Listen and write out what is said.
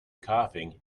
coughing